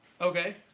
Okay